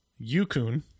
Yukun